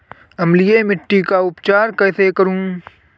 अम्लीय मिट्टी का उपचार कैसे करूँ?